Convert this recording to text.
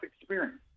experience